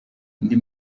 indi